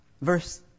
Verse